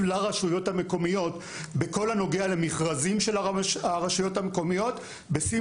לרשויות המקומיות בכל הנוגע למכרזים של הרשויות המקומיות בשים